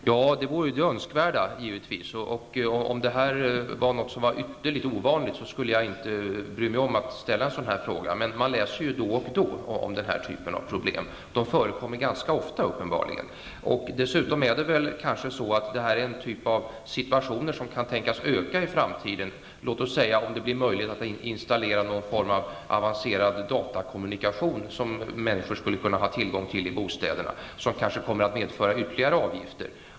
Fru talman! Det vore givetvis önskvärt. Om detta hade varit ytterligt ovanligt, hade jag inte brytt mig om att ställa frågan. Men man läser då och då om den här typen av problem, som uppenbarligen förekommer ganska ofta. Dessutom är detta en typ av situation som i framtiden kan tänkas öka i antal, t.ex. om det blir möjligt att installera någon form av avancerad datakommunikationsutrustning som man fick ha tillgång till i bostäderna, vilket kanske skulle medföra ytterligare avgifter.